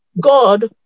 God